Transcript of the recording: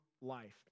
life